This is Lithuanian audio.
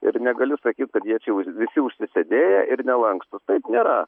ir negaliu sakyt kad jie čia jau visi užsisėdėję ir nelankstūs taip nėra